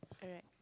alright